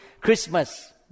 Christmas